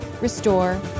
restore